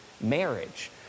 marriage